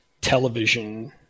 television